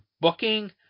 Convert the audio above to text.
booking